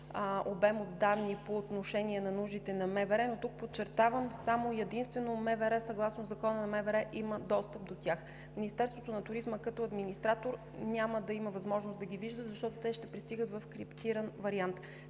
обем от данни по отношение на нуждите на МВР. Но тук подчертавам: само и единствено МВР съгласно Закона на МВР има достъп до тях. Министерството на туризма като администратор няма да има възможност да ги вижда, защото те ще пристигат в криптиран вариант,